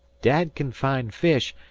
dad can find fish,